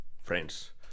friends